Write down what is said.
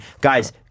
Guys